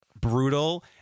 brutal